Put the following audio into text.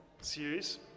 series